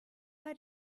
are